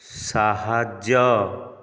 ସାହାଯ୍ୟ